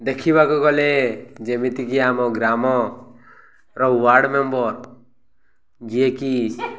ଦେଖିବାକୁ ଗଲେ ଯେମିତିକି ଆମ ଗ୍ରାମର ୱାର୍ଡ଼ ମେମ୍ବର ଯିଏକି